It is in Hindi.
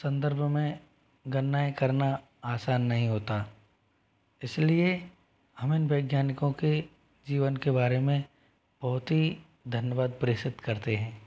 संदर्भ में गणनाएँ करना आसान नहीं होता इस लिए हम इन वैज्ञानिकों के जीवन के बारे में बहुत ही धन्यवाद प्रेषित करते हैं